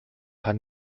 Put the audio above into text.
paar